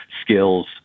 skills